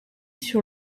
sur